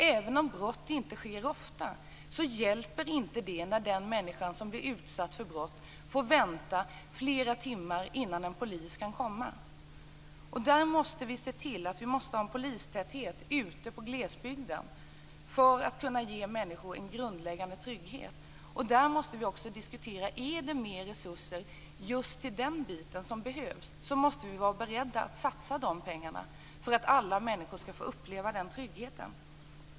Även om brott där inte sker ofta, så hjälper inte det när den människa som blir utsatt för brott får vänta flera timmar innan en polis kan komma. Vi måste se till att vi kan ha en sådan polistäthet ute i glesbygden att vi kan ge människor en grundläggande trygghet. Då måste vi också diskutera: Är det mer resurser just till den biten som behövs? I så fall måste vi vara beredda att satsa de pengarna, så att alla människor skall få uppleva denna trygghet.